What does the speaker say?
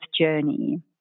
journey